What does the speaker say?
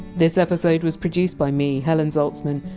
this episode was produced by me, helen zaltzman.